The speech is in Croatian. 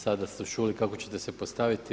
Sada su čuli kako ćete se postaviti vi.